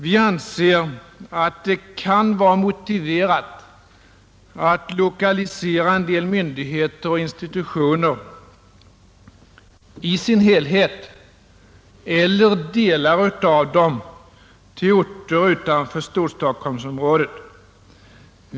Vi anser att det kan vara motiverat att lokalisera en del myndigheter och institutioner, i sin helhet eller delar av dem, till orter utanför Storstockholmsområdet.